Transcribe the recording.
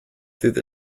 through